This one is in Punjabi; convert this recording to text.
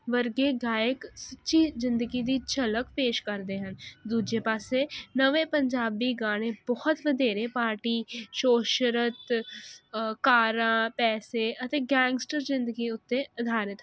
ਵਰਗੇ ਗਾਇਕ ਸੱਚੀ ਜਿੰਦਗੀ ਦੀ ਝਲਕ ਪੇਸ਼ ਕਰਦੇ ਹਨ ਦੂਜੇ ਪਾਸੇ ਨਵੇਂ ਪੰਜਾਬੀ ਗਾਣੇ ਬਹੁਤ ਵਧੇਰੇ ਪਾਰਟੀ ਸ਼ੋਹਰਤ ਕਾਰਾਂ ਪੈਸੇ ਅਤੇ ਗੈਂਗਸਟਰ ਜਿੰਦਗੀ ਉੱਤੇ ਅਧਾਰਿਤ ਹਨ